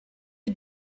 you